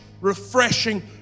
refreshing